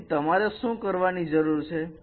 તેથી તમારે શું કરવાની જરૂર છે